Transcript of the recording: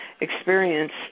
experience